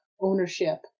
ownership